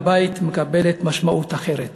המילה "בית" מקבלת משמעות אחרת.